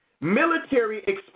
military